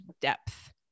depth